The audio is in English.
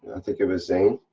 i think it was zane.